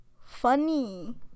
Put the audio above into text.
funny